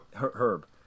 Herb